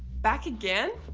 back again?